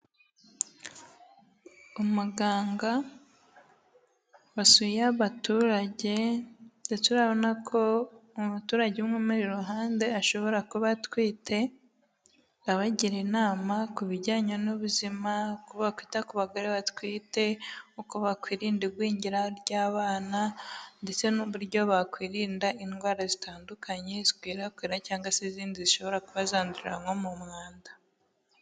Umuganga wasuye abaturage ndetse urabona ko umuturage umwe umuri iruhande ashobora kuba atwite, abagira inama ku bijyanye n'ubuzima uko bakwita ku bagore batwite, uko bakwirinda igwingira ry'abana ndetse n'uburyo bakwirinda indwara zitandukanye zikwirakwira cyangwa se izindi zishobora kuba zandurira nko mu mwanda.